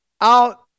out